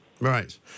Right